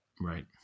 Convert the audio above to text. Right